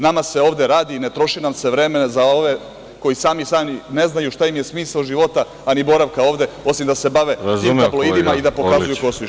Nama se ovde radi, ne troši nam se vreme za ove koji sami ne znaju šta im je smisao života, a ni boravka ovde, osim da se bave tim tabloidima i da pokazuju ko su i šta su.